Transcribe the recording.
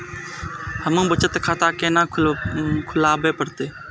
हमू बचत खाता केना खुलाबे परतें?